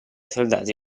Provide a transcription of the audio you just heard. soldati